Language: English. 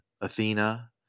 Athena